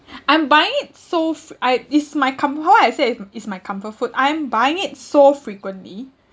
I'm buying it so fre~ I is my com~ how I say is is my comfort food I am buying it so frequently